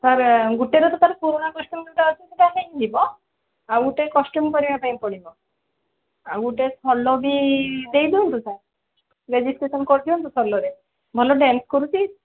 sir ଗୋଟେରେ ତ ତା'ର ପୁରୁଣା କଷ୍ଟ୍ୟୁମଟା ଅଛି ସେଇଟା ହେଇଯିବ ଆଉ ଗୋଟେ କଷ୍ଟ୍ୟୁମ୍ କରିବା ପାଇଁ ପଡ଼ିବ ଆଉ ଗୋଟେ ସୋଲୋ ବି ଦେଇ ଦିଅନ୍ତୁ ସାର୍ ରେଜିଷ୍ଟ୍ରେସନ୍ କରି ଦିଅନ୍ତୁ ସୋଲୋରେ ଭଲ ଡ୍ୟାନ୍ସ୍ କରୁଛି